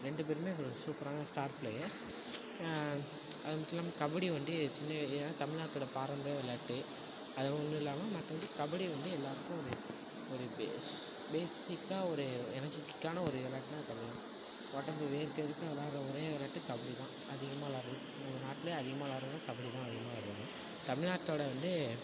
ரெண்டு பேருமே ஒரு சூப்பரான ஸ்டார் ப்ளேயர்ஸ் அதுமட்டும் இல்லாமல் கபடி வந்து சின்ன ஏன்னால் தமிழ்நாட்டோடய பாரம்பரிய விள்ளாட்டு அது ஒன்றுல்லாம மற்றப்படி கபடி வந்து எல்லோருக்கும் ஒரு ஒரு பேஸ் பேஸிக்காக ஒரு எனெர்ஜிட்டிக்கான ஒரு விள்ளாட்டுன்னா அது கபடி தான் உடம்பு வேர்க்க விறுக்க விள்ளாட்ற ஒரே விள்ளாட்டு கபடி தான் அதிகமாக விளாட்றது நம்ம நாட்லையே அதிகமா விள்ளாட்றதும் கபடி தான் அதிகமா விள்ளாட்றாங்க தமிழ்நாட்டோட வந்து